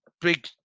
big